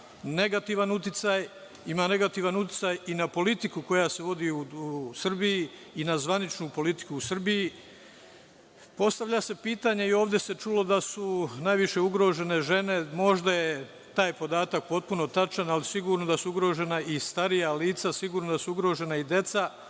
nasilje ima negativan uticaj i na politiku koja se vodi u Srbiji i na zvaničnu politiku u Srbiji. Postavlja se pitanje i ovde se čulo da su najviše ugrožene žene. Možda je taj podatak potpuno tačan, ali sigurno je da su ugrožena i starija lica, sigurno je da su ugrožena i deca,